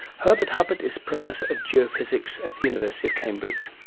herbert huppert is professor of geophysics at the university of cambridge.